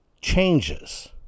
changes